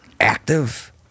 active